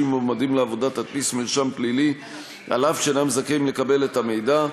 ממועמדים לעבודה תדפיס מרשם פלילי אף שאינם זכאים לקבל את המידע.